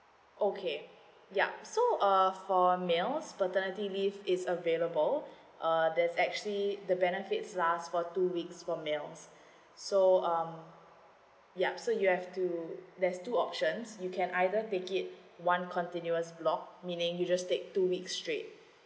okay ya so uh for males paternity leave is available uh there's actually the benefits last for two weeks for males so um yup so you have to there's two options you can either take it one continuous block meaning you just take two weeks straight